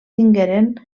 tingueren